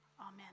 Amen